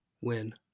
Win